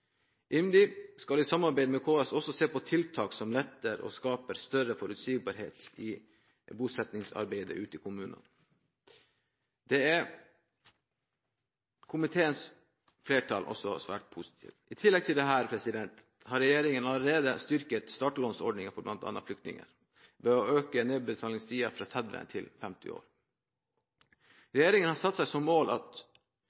IMDi skal i samarbeid med KS også se på tiltak som letter og skaper større forutsigbarhet i bosettingsarbeidet i kommunene. Dette er komiteens flertall også svært positive til. I tillegg til dette har regjeringen allerede styrket startlånsordningen til bl.a. flyktninger ved å øke nedbetalingstiden fra 30 år til 50 år.